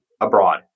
abroad